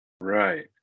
Right